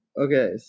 Okay